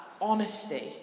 honesty